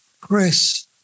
Chris